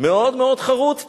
מאוד מאוד חרוץ פתאום.